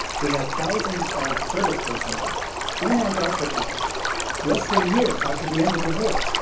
we had thousands of service personnel in antarctica less than a year after the end of the war.